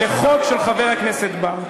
על חוק של חבר הכנסת בר.